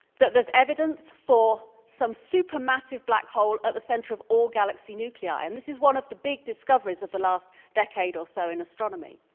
that there's evidence for some super massive black hole at the center of all galaxy nuclei and this is one of the big discoveries of the last decade or so in astronomy.